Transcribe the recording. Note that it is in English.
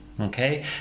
Okay